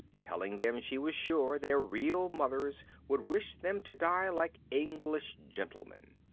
telling them she was sure their real mothers would wish them to die like english gentlemen.